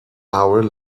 hour